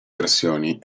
versioni